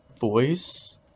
voice